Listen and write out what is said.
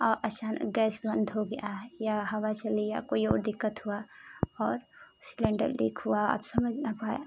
और अचानक गैस बंद हो गया है या हवा चली या कोई और दिक्कत हुआ और सिलेंडर लीक हुआ आप समझ न पाए